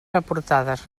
aportades